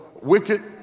wicked